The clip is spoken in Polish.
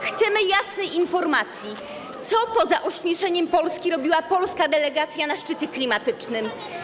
Chcemy jasnej informacji, co poza ośmieszeniem Polski robiła polska delegacja na szczycie klimatycznym.